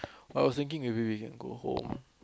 but I was thinking maybe we can go home